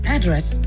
Address